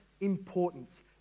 importance